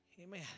Amen